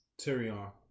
Tyrion